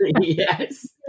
Yes